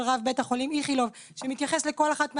רב בית החולים איכילוב שמתייחס לכל אחת מהטענות,